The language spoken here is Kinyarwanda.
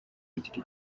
kugira